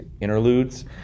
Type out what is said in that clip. interludes